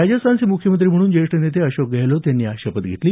राजस्थानचे मुख्यमंत्री म्हणून ज्येष्ठ नेते अशोक गहलोत यांनी आज शपथ घेतली